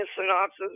synopsis